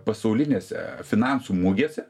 pasaulinėse finansų mugėse